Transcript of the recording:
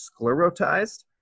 sclerotized